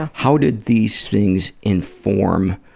ah how did these things inform